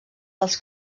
dels